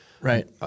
right